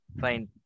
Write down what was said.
fine